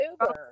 Uber